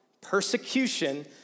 Persecution